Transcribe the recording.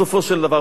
בסופו של דבר,